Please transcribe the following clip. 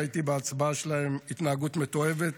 ראיתי בהצבעה שלהם התנהגות מתועבת.